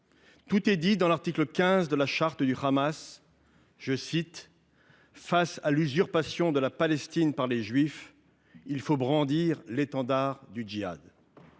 Tout est dit dans l’article 15 de la charte du Hamas :« Face à l’usurpation de la Palestine par les Juifs, il faut brandir l’étendard du djihad.